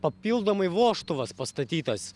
papildomai vožtuvas pastatytas